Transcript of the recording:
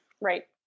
Right